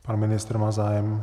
Pan ministr, má zájem?